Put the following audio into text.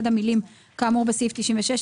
עד המילים "כאמור בסעיף 96"",